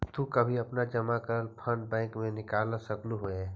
तु कभी अपना जमा करल फंड बैंक से निकलवा सकलू हे